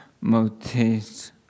motifs